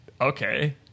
okay